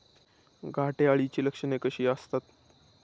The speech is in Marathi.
घाटे अळीची लक्षणे कशी असतात?